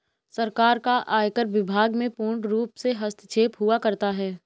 सरकार का आयकर विभाग में पूर्णरूप से हस्तक्षेप हुआ करता है